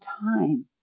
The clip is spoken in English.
time